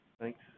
Thanks